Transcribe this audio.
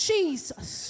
Jesus